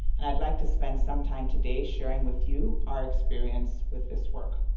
and i'd like to spend some time today sharing with you our experience with this work.